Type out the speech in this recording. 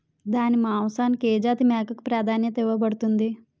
దాని మాంసానికి ఏ జాతి మేకకు ప్రాధాన్యత ఇవ్వబడుతుంది?